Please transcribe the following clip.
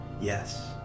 Yes